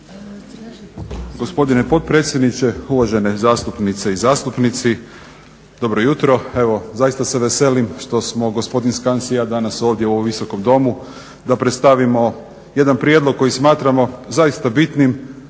Gospodine potpredsjedniče, dame i gospodo uvažene zastupnice i zastupnici. Dobro jutro. Evo zaista se veselim što smo gospodin Skansi i ja danas ovdje u ovom Visokom domu da predstavimo jedan prijedlog koji smatramo zaista bitnim,